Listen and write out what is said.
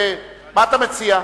מה אתה מציע?